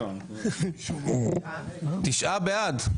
תשעה בעד.